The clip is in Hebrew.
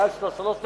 מעל שלוש שנות מאסר,